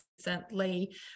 recently